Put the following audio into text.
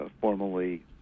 formally